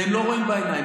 והם לא רואים בעיניים.